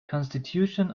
constitution